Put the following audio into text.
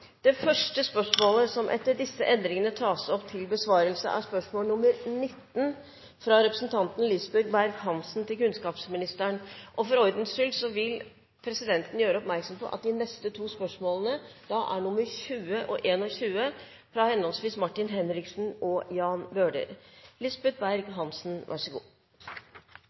Det første spørsmålet som etter disse endringene tas opp til besvarelse, er spørsmål 19, fra representanten Lisbeth Berg-Hansen til kunnskapsministeren. For ordens skyld vil presidenten gjøre oppmerksom på at de to neste spørsmålene er spørsmålene 20 og 21, fra henholdsvis Martin Henriksen og Jan Bøhler.